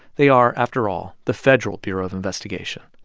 they are, after all, the federal bureau of investigation.